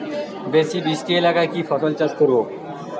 বেশি বৃষ্টি এলাকায় কি ফসল চাষ করব?